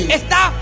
está